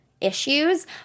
issues